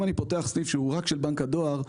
אם אני פותח סניף שהוא רק של בנק הדואר,